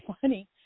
funny